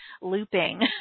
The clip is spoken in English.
looping